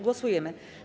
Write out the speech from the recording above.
Głosujemy.